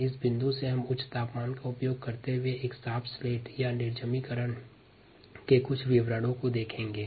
हम इस बिंदु से उच्च तापमान का उपयोग करते हुए एक साफ स्लेट प्राप्त करने के विभिन्न तरीकों और स्टेरिलाईजेशन या निर्जमीकरण के कुछ विवरणों को देखेंगे